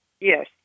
Yes